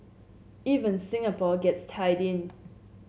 even Singapore gets tied in